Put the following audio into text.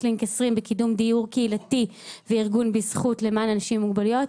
לינק 20 וקידום דיור קהילתי וארגון בזכות למען אנשים עם מוגבלויות.